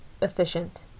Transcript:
efficient